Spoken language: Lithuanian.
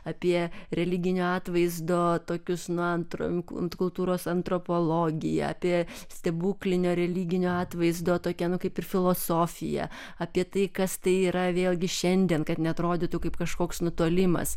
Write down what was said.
apie religinio atvaizdo tokius na antro kultūros antropologija apie stebuklinio religinio atvaizdo nu tokią kaip ir filosofiją apie tai kas tai yra vėlgi šiandien kad neatrodytų kaip kažkoks nutolimas